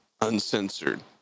Uncensored